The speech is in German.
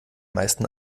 meisten